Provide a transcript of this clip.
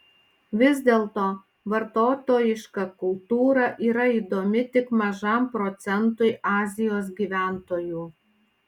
vis dėlto vartotojiška kultūra yra įdomi tik mažam procentui azijos gyventojų